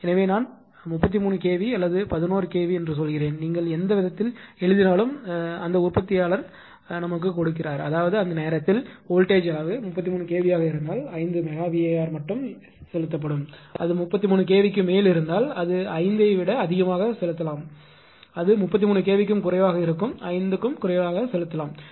எனவே நான் 33 kV அல்லது 11 kV என்று சொல்கிறேன் நீங்கள் எந்த விதத்தில் எழுதினாலும் அந்த உற்பத்தியாளர் கொடுக்கிறார் அதாவது அந்த நேரத்தில் வோல்டேஜ் அளவு 33 kV ஆக இருந்தால் 5 மெகா VAr மட்டுமே செலுத்தப்படும் அது 33 kV க்கு மேல் இருந்தால் அது 5 ஐ விட அதிகமாக செலுத்தலாம் அது 33 kV க்கும் குறைவாக இருக்கும் 5 க்கும் குறைவாக செலுத்தலாம்